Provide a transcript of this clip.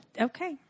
Okay